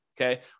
okay